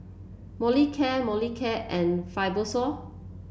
Molicare Molicare and Fibrosol